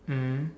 mm